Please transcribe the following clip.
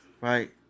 Right